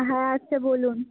হ্যাঁ আচ্ছা বলুন